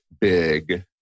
big